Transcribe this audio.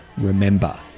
Remember